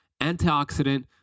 antioxidant